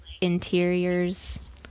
interiors